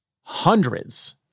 hundreds